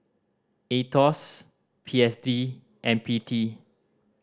Aetos P S D and P T